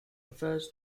refers